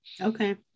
Okay